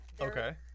okay